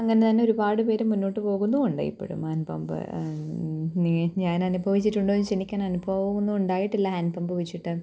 അങ്ങനെ തന്നെ ഒരുപാട് പേര് മുന്നോട്ടു പോകുന്നുമുണ്ട് ഇപ്പോഴും ഹാൻ പമ്പ് നീ ഞാൻ അനുഭവിച്ചിട്ടുണ്ടോ എന്നു ചോദിച്ചാല് എനിക്കങ്ങനെ അനുഭവമൊന്നും ഉണ്ടായിട്ടില്ല ഹാൻ പമ്പ് വച്ചിട്ട്